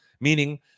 Meaning